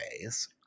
ways